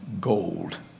gold